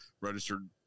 registered